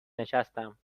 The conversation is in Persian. نشستم